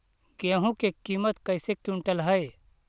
गेहू के किमत कैसे क्विंटल है?